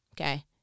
Okay